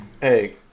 Hey